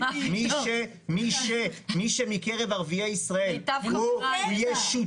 מי מקרב ערביי ישראל שהוא יהיה שותף,